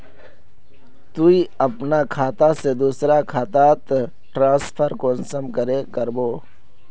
तुई अपना खाता से दूसरा खातात ट्रांसफर कुंसम करे करबो?